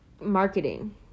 Marketing